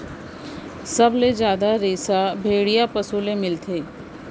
सबले जादा रेसा भेड़िया पसु ले मिलथे